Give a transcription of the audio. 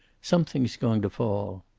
something's going to fall.